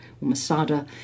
Masada